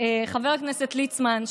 חבר הכנסת ליצמן,